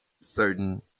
certain